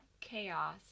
chaos